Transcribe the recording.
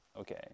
okay